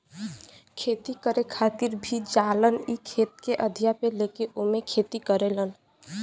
खेती करे खातिर भी जालन इ खेत के अधिया पे लेके ओमे खेती करलन